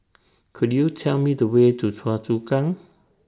Could YOU Tell Me The Way to Choa Chu Kang